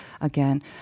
Again